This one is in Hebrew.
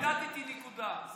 רק חידדתי נקודה,